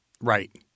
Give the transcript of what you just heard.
right